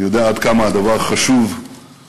אני יודע עד כמה הדבר חשוב לכם,